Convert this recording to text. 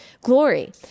glory